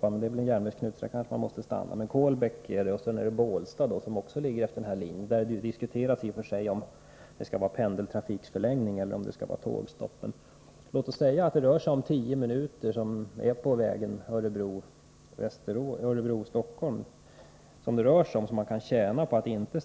Frövi är en järnvägsknut, så där kanske tågen måste stanna, men Kolbäck är aktuellt för indragning, och när det gäller Bålsta diskuteras i och för sig om man dit skall ha en förlängning av pendeltågstrafiken eller om det skall vara tågstopp. Låt oss säga att det rör sig om att man kan tjäna tio minuter på stäckan Örebro-Stockholm genom att inte stanna vid vissa stationer.